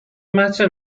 matter